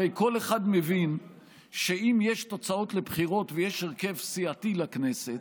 הרי כל אחד מבין שאם יש תוצאות לבחירות ויש הרכב סייעתי לכנסת,